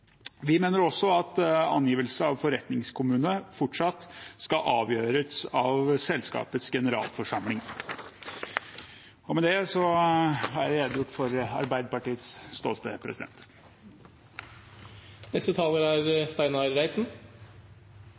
Vi mener også at angivelse av forretningskommune fortsatt skal avgjøres av selskapets generalforsamling. Med det har jeg redegjort for Arbeiderpartiets ståsted. Det er